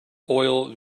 oil